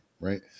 Right